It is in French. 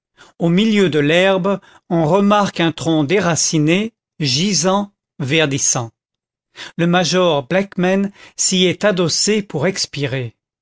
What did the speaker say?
au milieu de l'herbe on remarque un tronc déraciné gisant verdissant le major blackman s'y est adossé pour expirer